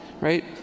right